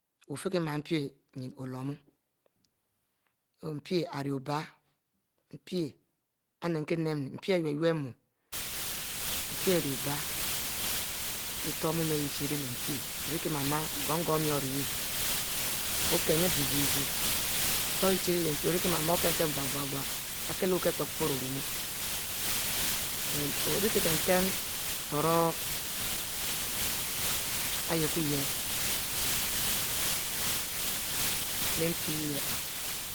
Ofie kie male mpie olumu, mpie ari obie mpie ari nkienen, ilelu mu mpie ari obieh leh utue ari yeh ire leh mpie kokinu jie-jieh, Iutue ari yeh chie iri leh mpie okinn-kinn Ipin Ipin ari kielo kile Ipieri piero oguo Ipiero orum ori kie kinn-turo I yehbiu-yeh leh mpie ihieh